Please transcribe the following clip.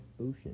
ocean